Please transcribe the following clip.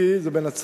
NGT זה בנצרת.